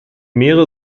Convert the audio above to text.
meere